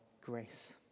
grace